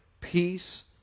peace